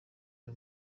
uyu